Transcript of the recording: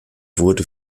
wurde